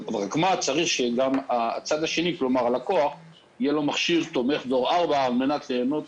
אבל צריך שגם ללקוח יהיה מכשיר תומך דור 4 כדי ליהנות